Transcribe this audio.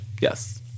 Yes